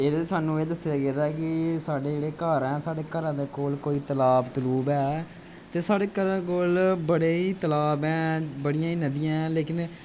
एह्दे साह्नू एह् दस्सेआ गेदा कि साढ़े जेह्ड़े घार ऐ साढ़े घरा दे कोल कोई तलाब तुलाब ऐ साढ़े घरा कोल बड़े ही तलाब ऐं बड़ियां ही नदियां ऐं